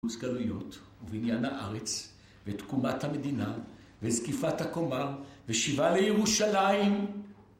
קיבוץ גלויות, ובניין הארץ, ותקומת המדינה, וזקיפת הקומה, ושיבה לירושלים!